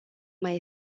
mai